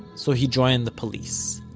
so he joined the police.